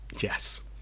Yes